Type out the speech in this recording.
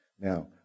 Now